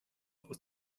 aus